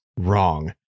wrong